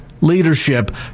leadership